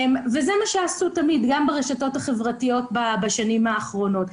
וזה מה שעשו תמיד גם ברשתות החברתיות בשנים האחרונות.